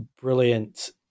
brilliant